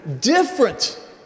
different